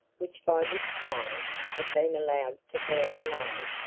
which by this time had been allowed to burn low.